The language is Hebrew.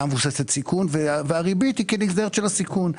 מבוססת סיכון והריבית היא כנגזרת של הסיכון.